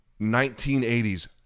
1980s